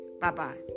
Bye-bye